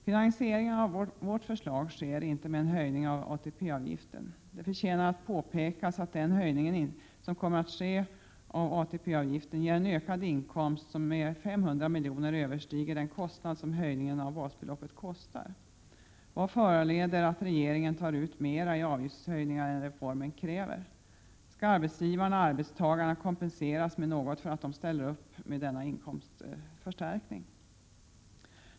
Finansieringen av vårt förslag sker inte med en höjning av ATP-avgiften. Det förtjänar att påpekas att den höjning av ATP-avgiften som kommer att ske ger en ökad inkomst, som med 500 miljoner överstiger den kostnad som höjningen av basbeloppet betingar. Vad föranleder regeringen att ta ut mer i avgiftshöjningar än reformen kräver? Skall arbetsgivarna eller arbetstagarna kompenseras med något för att de ställer upp med denna inkomstförstärkning?